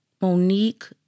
Monique